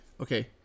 Okay